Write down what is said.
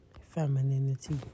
Femininity